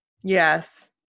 yes